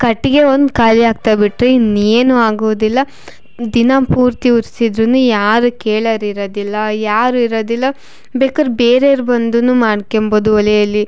ಕಟ್ಟಿಗೆ ಒಂದು ಖಾಲಿ ಆಗ್ತಾವೆ ಬಿಟ್ಟರೆ ಇನ್ನೇನು ಆಗೋದಿಲ್ಲ ದಿನಪೂರ್ತಿ ಉರ್ಸಿದ್ರು ಯಾರು ಕೇಳೋರು ಇರೋದಿಲ್ಲ ಯಾರು ಇರೋದಿಲ್ಲ ಬೇಕಾರೆ ಬೇರೆರು ಬಂದು ಮಾಡ್ಕೊಂಬೋದು ಒಲೆಯಲ್ಲಿ